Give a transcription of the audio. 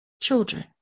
children